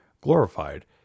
glorified